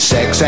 Sex